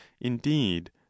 indeed